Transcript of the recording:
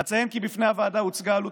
אציין כי בפני הוועדה הוצגה עלות